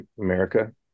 America